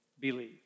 believe